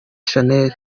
shanel